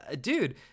Dude